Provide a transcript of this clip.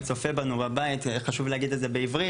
צופה בנו בבית חשוב להגיד את זה בעברית,